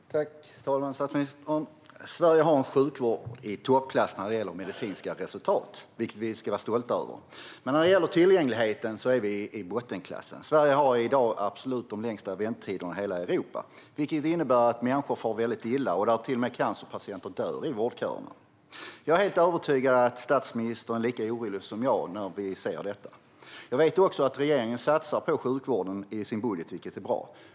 Fru talman! Sverige har en sjukvård i toppklass när det gäller medicinska resultat, vilket vi ska vara stolta över. Men när det gäller tillgängligheten ligger vi i bottenklassen. Sverige har i dag de absolut längsta väntetiderna i hela Europa. Det innebär att människor far väldigt illa och att cancerpatienter till och med dör i vårdköerna. Jag är helt övertygad om att statsministern är lika orolig som jag över detta. Jag vet också att regeringen satsar på sjukvården i sin budget, vilket är bra.